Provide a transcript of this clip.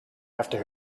after